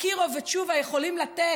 שאקירוב ותשובה יכולים לתת,